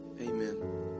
Amen